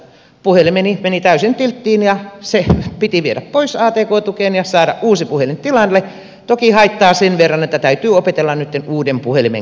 puhelimeni meni täysin tilttiin ja se piti viedä pois atk tukeen ja saada uusi puhelin tilalle toki haittaa sen verran että täytyy opetella nytten uuden puhelimen käyttö uudestaan